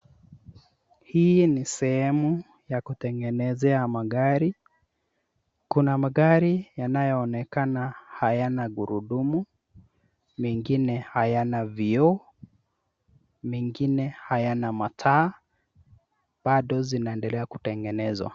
Hii ni sehemu ya kutengenezea magari. Kuna magari yanayoonekana hayana gurudumu, mengine hayana vioo, mengine hayana mataa, bado zinaendelea kutengenezwa.